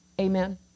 Amen